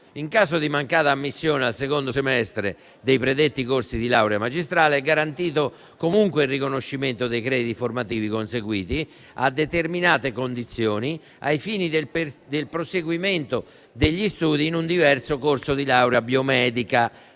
In caso di mancata ammissione al secondo semestre dei predetti corsi di laurea magistrale, è garantito comunque il riconoscimento dei crediti formativi conseguiti a determinate condizioni, ai fini del proseguimento degli studi in un diverso corso di laurea biomedica,